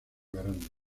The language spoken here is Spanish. grande